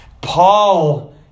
Paul